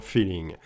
Feeling